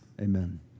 Amen